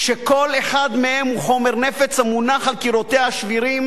שכל אחד מהם הוא חומר נפץ המונח על קירותיה השבירים